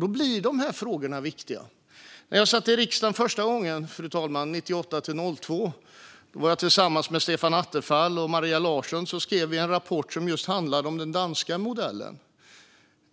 Då blir dessa frågor viktiga. När jag satt i riksdagen första gången, 1998-2002, skrev jag tillsammans med Stefan Attefall och Maria Larsson en rapport som handlade om den danska modellen.